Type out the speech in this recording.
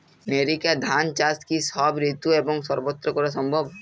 NERICA ধান চাষ কি সব ঋতু এবং সবত্র করা সম্ভব?